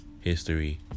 history